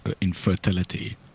infertility